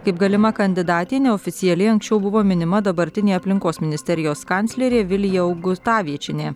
kaip galima kandidatė neoficialiai anksčiau buvo minima dabartinė aplinkos ministerijos kanclerė vilija augutaviečienė